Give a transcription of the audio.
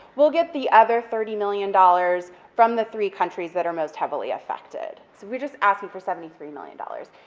we'll get the other thirty million dollars from the three countries that are most heavily affected, so we're just asking for seventy three million dollars.